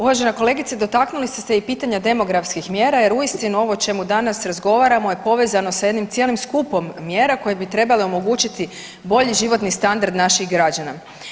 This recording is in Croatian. Uvažena kolegice, dotaknuli ste se i pitanja demografskih mjera jer uistinu ovo o čemu danas razgovaramo je povezano sa jednim cijelim skupom mjera koje bi trebale omogućiti bolji životni standard naših građana.